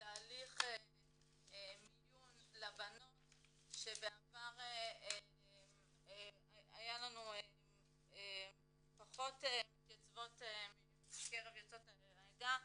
תהליך מיון לבנות שבעבר היו לנו פחות מתייצבות מקרב יוצאות העדה,